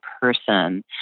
person